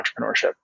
entrepreneurship